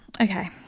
Okay